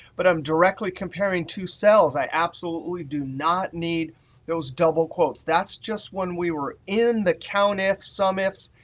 but i'm directly comparing two cells. i absolutely do not need those double quotes. that's just when we were in the countifs, sumifs,